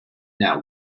now